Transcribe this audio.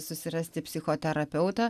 susirasti psichoterapeutą